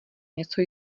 něco